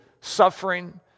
suffering